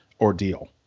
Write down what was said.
ordeal